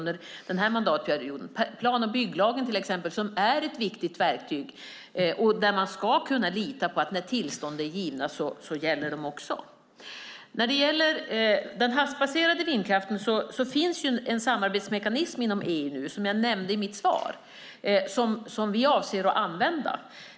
Plan och bygglagen är till exempel ett viktigt verktyg, och man ska kunna lita på att när tillstånd är givna gäller de också. När det gäller den havsbaserade vindkraften finns det en samarbetsmekanism inom EU nu, som jag nämnde i mitt svar, och som vi avser att använda.